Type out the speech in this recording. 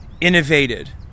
innovated